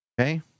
Okay